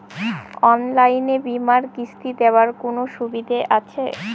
অনলাইনে বীমার কিস্তি দেওয়ার কোন সুবিধে আছে?